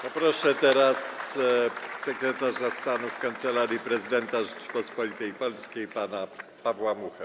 Poproszę teraz sekretarza stanu w Kancelarii Prezydenta Rzeczypospolitej Polskiej pana Pawła Muchę.